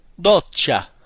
doccia